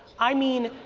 i mean,